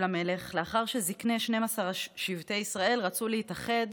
המלך לאחר שזקני 12 שבטי ישראל רצו להתאחד